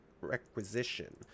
requisition